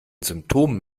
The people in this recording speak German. symptomen